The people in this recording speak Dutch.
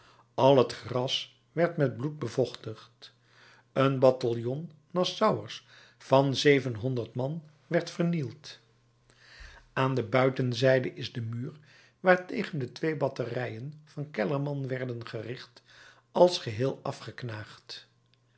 al het gras werd met bloed bevochtigd een bataljon nassauers van zevenhonderd man werd er vernield aan de buitenzijde is de muur waartegen de twee batterijen van kellermann werden gericht als geheel afgeknaagd